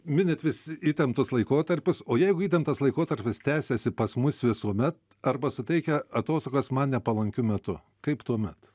minint vis įtemptus laikotarpius o jeigu įtemptas laikotarpis tęsiasi pas mus visuomet arba suteikia atostogas man nepalankiu metu kaip tuomet